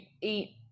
eat